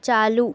چالو